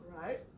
Right